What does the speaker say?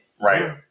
Right